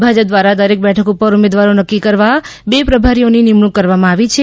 ભાજપ દ્વારા દરેક બેઠક ઉપર ઉમેદવારો નક્કી કરવા બે પ્રભારીઓની નિમણૂક કરવામાં આવી છે